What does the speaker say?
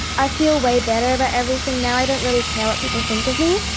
i feel way better about everything now, i don't really care what people think of me.